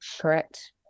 correct